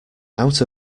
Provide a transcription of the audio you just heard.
out